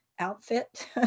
outfit